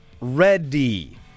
ready